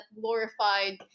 glorified